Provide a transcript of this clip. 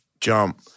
jump